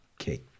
Okay